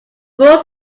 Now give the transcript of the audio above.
rules